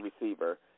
receiver